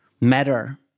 matter